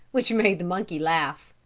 which made the monkey laugh.